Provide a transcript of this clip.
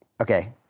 okay